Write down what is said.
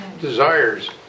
desires